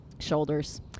shoulders